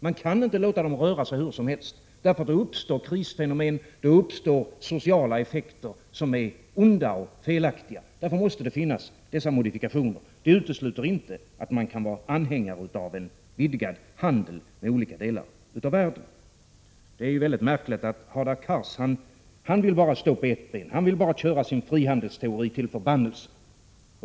Man kan inte låta dem röra sig hur som helst, därför att det i så fall uppstår krisfenomen och sociala effekter som är onda och felaktiga. Därför måste det alltså finnas vissa modifikationer, vilket inte utesluter att man kan vara anhängare av en vidgad handel med olika delar av världen. Det är mycket märkligt att Hadar Cars vill stå på bara ett ben. Han vill köra sin frihandelsteori till förbannelse.